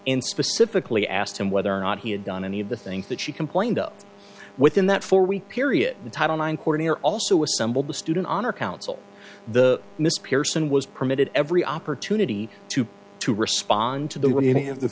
in specifically asked him whether or not he had done any of the things that she complained of within that four week period in title nine courtier also assembled the student honor council the miss pearson was permitted every opportunity to to respond to the any of the